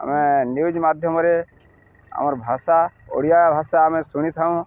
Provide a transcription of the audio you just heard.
ଆମେ ନ୍ୟୁଜ ମାଧ୍ୟମରେ ଆମର୍ ଭାଷା ଓଡ଼ିଆ ଭାଷା ଆମେ ଶୁଣିଥାଉଁ